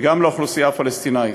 וגם לאוכלוסייה הפלסטינית.